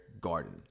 Garden